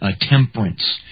temperance